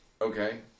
Okay